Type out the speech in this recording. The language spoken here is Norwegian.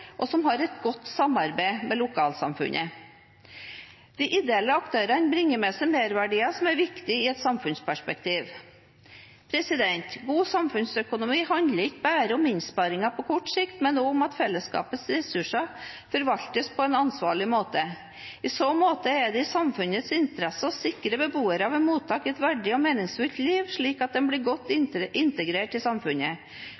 og som har et godt samarbeid med lokalsamfunnet. De ideelle aktørene bringer med seg merverdier som er viktige i et samfunnsperspektiv. God samfunnsøkonomi handler ikke bare om innsparinger på kort sikt, men også om at fellesskapets ressurser forvaltes på en ansvarlig måte. I så måte er det i samfunnets interesse å sikre beboere ved mottak et verdig og meningsfylt liv, slik at de blir godt